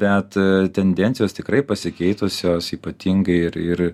bet tendencijos tikrai pasikeitusios ypatingai ir ir